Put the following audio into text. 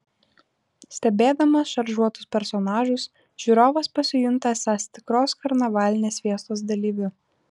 stebėdamas šaržuotus personažus žiūrovas pasijunta esąs tikros karnavalinės fiestos dalyviu